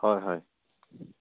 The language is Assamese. হয় হয়